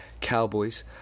Cowboys